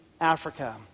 Africa